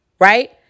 right